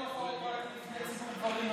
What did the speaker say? אין הופעות רק בפני ציבור גברים,